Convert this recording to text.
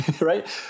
right